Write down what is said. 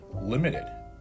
limited